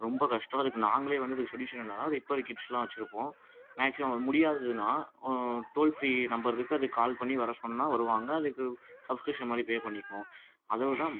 ரொம்ப கஷ்டம் அதுக்கு நாங்களே வந்து அதுக்கு சொலுயூஷன் என்னென்னால் ரிப்பேர் கிட்ஸெலாம் வைச்சுருப்போம் மேக்ஸிமம் முடியாதுதுன்னா டோல் ஃப்ரீ நம்பரிருக்கு அதுக்கு கால் பண்ணி வர சொன்னால் வருவாங்க அதுக்கு சப்ஸ்க்ரிப்ஷன் மாதிரி பே பண்ணிக்குவோம் அதோடு